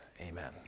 amen